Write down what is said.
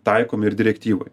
taikomi ir direktyvoje